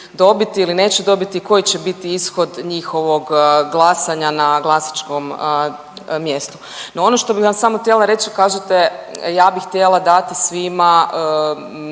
dobiti ili neće dobiti, koji će biti ishod njihovog glasanja na glasačkom mjestu. No, ono što bi vam samo htjela reći, kažite ja bi htjela dati svima